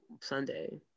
Sunday